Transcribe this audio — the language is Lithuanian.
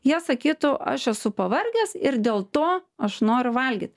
jie sakytų aš esu pavargęs ir dėl to aš noriu valgyt